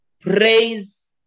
praise